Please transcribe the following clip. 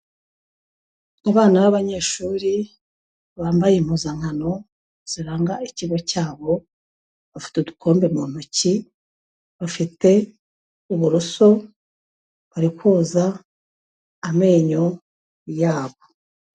Abana b'abanyeshuri, bambaye impuzankano ziranga ikigo cyabo, bafite udukombe mu ntoki bafite uburoso bari koza amenyo yabo.